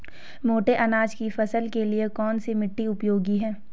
मोटे अनाज की फसल के लिए कौन सी मिट्टी उपयोगी है?